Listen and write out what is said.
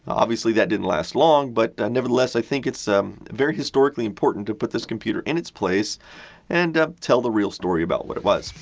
obviously that didn't last long but nevertheless, i think its very historically important to put this computer in its place and tell the real story about what it was.